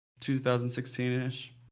2016-ish